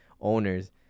owners